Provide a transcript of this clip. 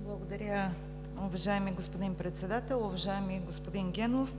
Благодаря, уважаеми господин Председател. Уважаеми господин Генов,